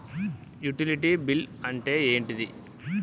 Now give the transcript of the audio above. Utility bill అంటే ఏంటిది?